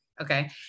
Okay